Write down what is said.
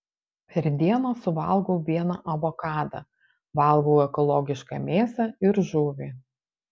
per dieną suvalgau vieną avokadą valgau ekologišką mėsą ir žuvį